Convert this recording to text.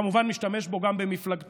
הוא כמובן משתמש בו גם במפלגתו.